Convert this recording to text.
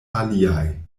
aliaj